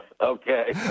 Okay